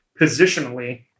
positionally